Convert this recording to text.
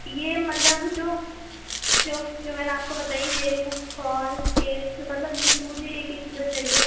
یہ مطلب جو جو جو میں نے آپ کو بتائی ریہو ٹون کریپ مطلب مجھے یہ ایک ایک کیلو چاہیے